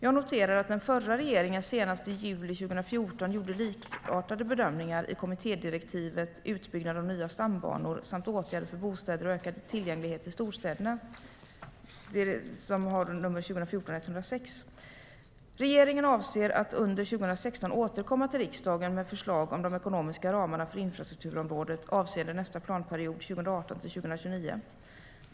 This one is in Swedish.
Jag noterar att den förra regeringen senast i juli 2014 gjorde likartade bedömningar i kommittédirektivet 2014:106, Utbyggnad av nya stambanor samt åtgärder för bostäder och ökad tillgänglighet i storstäderna . Regeringen avser att under 2016 återkomma till riksdagen med förslag om de ekonomiska ramarna för infrastrukturområdet avseende nästa planperiod, 2018-2029.